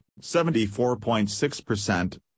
74.6%